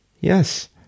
Yes